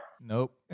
nope